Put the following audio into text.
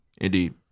Indeed